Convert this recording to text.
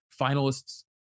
finalists